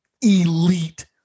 elite